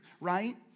right